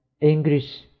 English